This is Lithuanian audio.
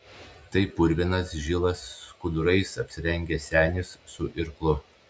tai purvinas žilas skudurais apsirengęs senis su irklu